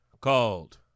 called